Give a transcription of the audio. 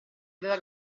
aveva